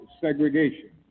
segregation